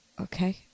Okay